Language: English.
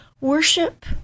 worship